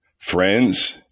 friends